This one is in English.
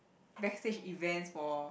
backstage events for